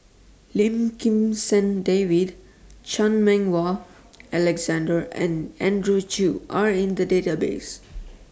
Lim Kim San David Chan Meng Wah Alexander and Andrew Chew Are in The Database